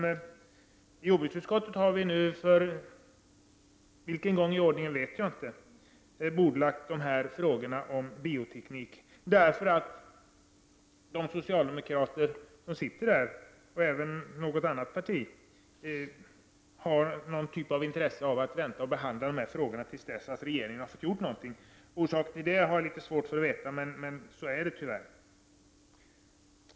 I jordbruksutskottet har vi nu, jag vet inte för vilken gång i ordningen, bordlagt dessa frågor om bioteknik, därför att de socialdemokrater som sitter där och även något annat parti, har något slags intresse av att vänta med att behandla dessa frågor tills regeringen har fått någonting gjort. Orsaken till det har jag litet svårt att förstå, men tyvärr är det på detta sätt.